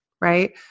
right